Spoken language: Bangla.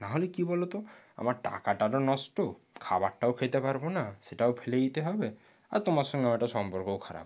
নাহলে কী বলো তো আমার টাকাটা তো নষ্ট খাবারটাও খেতে পারবো না সেটাও ফেলে দিতে হবে আর তোমার সঙ্গে আমার একটা সম্পর্কও খারাপ হবে